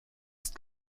ist